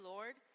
Lord